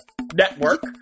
Network